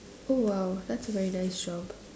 oh well that's a very nice job